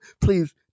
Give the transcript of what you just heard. please